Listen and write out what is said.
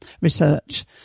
research